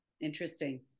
interesting